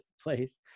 place